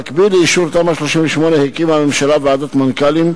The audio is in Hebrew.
במקביל לאישור תמ"א 38 הקימה הממשלה ועדת מנכ"לים,